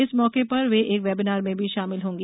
इस मौके पर वे एक वेबिनार में भी शामिल होंगी